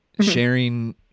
sharing